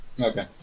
Okay